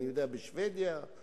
בשבדיה,